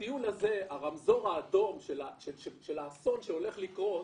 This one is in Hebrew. בטיול הזה, הרמזור האדום של האסון שהולך לקרות